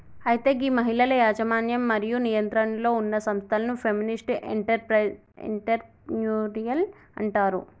అయితే గీ మహిళల యజమన్యం మరియు నియంత్రణలో ఉన్న సంస్థలను ఫెమినిస్ట్ ఎంటర్ప్రెన్యూరిల్ అంటారు